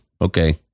okay